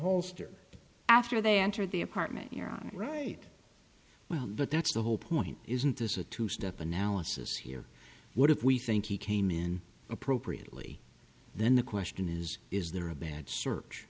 holster after they entered the apartment you're on right well but that's the whole point isn't this a two step analysis here what if we think he came in appropriately then the question is is there a bad search